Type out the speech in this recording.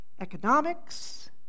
economics